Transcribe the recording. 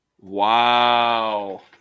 Wow